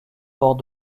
bord